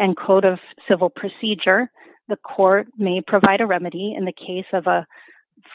and code of civil procedure the court may provide a remedy in the case of a